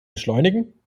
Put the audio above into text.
beschleunigen